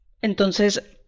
entonces